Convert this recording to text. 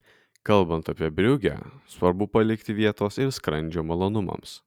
kalbant apie briugę svarbu palikti vietos ir skrandžio malonumams